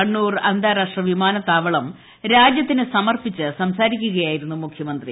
കണ്ണൂർ അന്താരാഷ്ട്ര വിമാന രാജ്യത്തിന് സമർപ്പിച്ച് ത്താവളം സംസാരിക്കുകയായിരുന്നു മുഖ്യമന്ത്രി